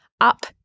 up